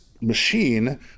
machine